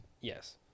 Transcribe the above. Yes